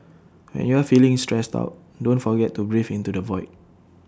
when you are feeling stressed out don't forget to breathe into the void